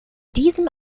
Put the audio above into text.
diesem